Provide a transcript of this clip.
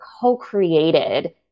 co-created